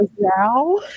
now